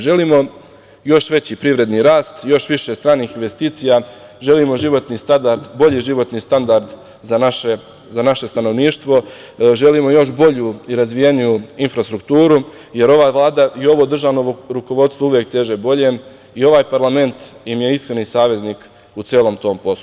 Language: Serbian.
Želimo još veći privredni rast, još više stranih investicija, želimo životni standard, bolji životni standard za naše stanovništvo, želimo još bolju i razvijeniju infrastrukturu, jer ova Vlada i ovo državno rukovodstvo uvek teže boljem i ovaj parlament im je iskreni saveznik u celom tom poslu.